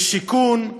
בשיכון,